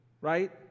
right